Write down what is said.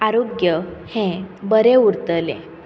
आरोग्य हें बरें उरतलें